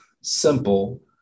simple